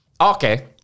Okay